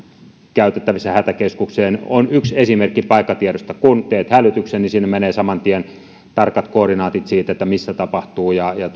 käytettävissä hätäkeskukseen on yksi esimerkki paikkatiedosta kun teet hälytyksen niin sinne menee saman tien tarkat koordinaatit siitä että missä tapahtuu ja